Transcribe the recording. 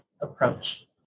approach